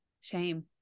shame